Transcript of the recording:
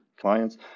clients